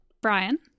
Brian